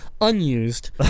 unused